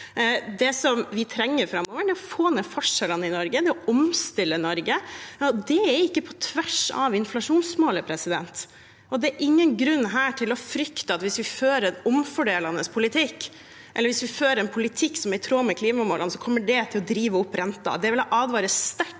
Det vi trenger framover, er å få ned forskjellene i Norge, det er å omstille Norge. Det går ikke på tvers av inflasjonsmålet. Det er ingen grunn til å frykte at hvis vi fører en omfordelende politikk, eller hvis vi fører en politikk som er i tråd med klimamålene, kommer det til å drive opp renten.